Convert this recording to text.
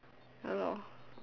ya lor